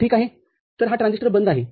तर हा ट्रान्झिस्टर बंद आहे